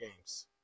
games